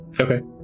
Okay